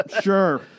Sure